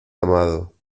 amado